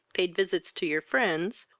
paid visits to your friends,